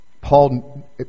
Paul